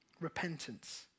repentance